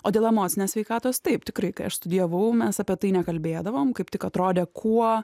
o dėl emocinės sveikatos taip tikrai kai aš studijavau mes apie tai nekalbėdavom kaip tik atrodė kuo